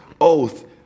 oath